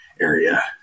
area